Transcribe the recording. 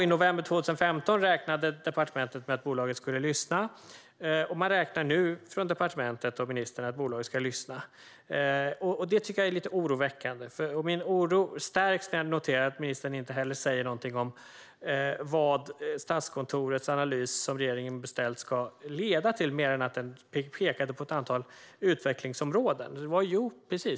I november 2015 räknade departementet med att bolaget skulle lyssna. Nu räknar man från departementet och ministern med att bolaget ska lyssna. Det tycker jag är lite oroväckande. Min oro stärks när jag noterar att ministern inte heller säger någonting om vad Statskontorets analys som regeringen har beställt ska leda till mer än att den pekade på ett antal utvecklingsområden.